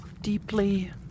deeply